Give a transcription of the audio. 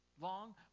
long